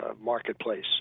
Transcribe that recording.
marketplace